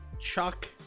Chuck